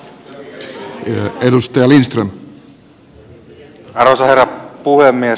arvoisa herra puhemies